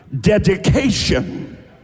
dedication